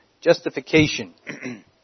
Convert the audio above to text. justification